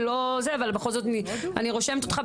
אבל בכל זאת אני רושמת אותך,